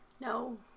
No